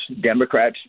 Democrats